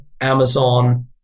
Amazon